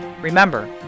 Remember